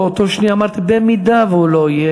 באותה שנייה אמרתי: אם הוא לא יהיה,